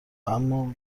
اما